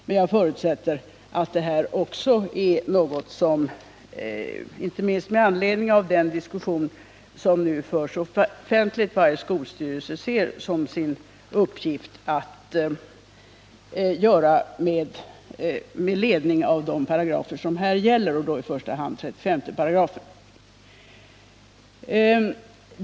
Men jag förutsätter att också detta är något som, inte minst med anledning av den diskussion som nu förs offentligt, varje skolstyrelse ser som sin uppgift att göra med ledning av de paragrafer som här gäller, i första hand 35 §.